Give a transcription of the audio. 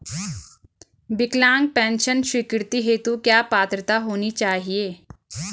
विकलांग पेंशन स्वीकृति हेतु क्या पात्रता होनी चाहिये?